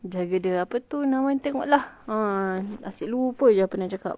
jaga dia apa tu nama dia tengok lah asyik lupa jer apa nak cakap